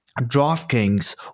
DraftKings